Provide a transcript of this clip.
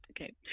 Okay